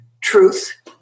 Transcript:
truth